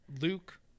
Luke –